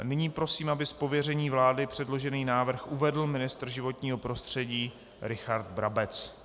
Nyní prosím, aby z pověření vlády předložený návrh uvedl ministr životního prostředí Richard Brabec.